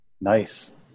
Nice